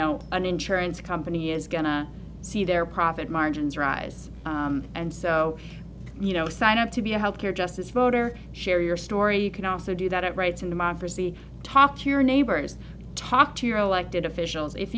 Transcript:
know an insurance company is going to see their profit margins rise and so you know sign up to be a health care justice voter share your story you can also do that at rates in the mockers the talk to your neighbors talk to your elected officials if